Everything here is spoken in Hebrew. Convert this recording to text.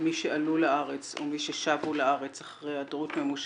מי שעלו לארץ ומי ששבו לארץ אחרי היעדרות ממושכת,